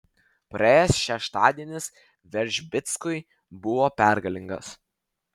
praėjęs šeštadienis veržbickui buvo pergalingas